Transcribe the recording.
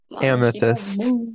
Amethyst